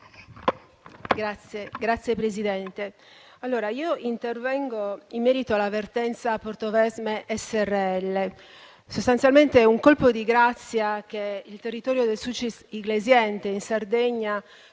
Signora Presidente, intervengo in merito alla vertenza Portovesme srl: sostanzialmente è un colpo di grazia che il territorio del Sulcis Iglesiente in Sardegna